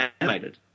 animated